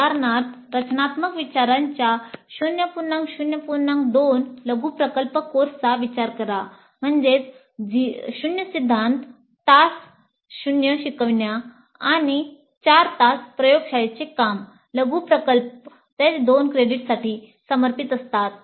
उदाहरणः रचनात्मक विचारांच्या 0 0 2 लघु प्रकल्प कोर्सचा विचार करा 0 सिद्धांत तास 0 शिकवण्या आणि 4 तास प्रयोगशाळेचे काम लघु प्रकल्प साठी समर्पित असतात